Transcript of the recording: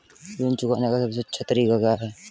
ऋण चुकाने का सबसे अच्छा तरीका क्या है?